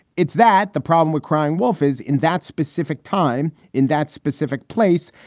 it's that the problem with crying wolf is in that specific time, in that specific place,